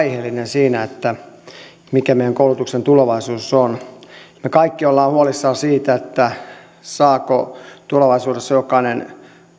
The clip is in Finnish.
siinä että mikä meidän koulutuksen tulevaisuus on me kaikki olemme huolissamme siitä saako tulevaisuudessa jokainen